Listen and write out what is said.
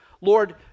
Lord